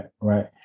right